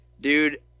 dude